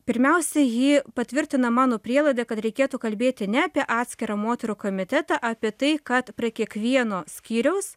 pirmiausia ji patvirtina mano prielaidą kad reikėtų kalbėti ne apie atskirą moterų komitetą apie tai kad prie kiekvieno skyriaus